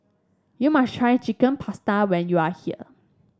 you must try Chicken Pasta when you are here